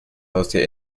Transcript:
haustier